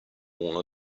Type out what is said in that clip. uno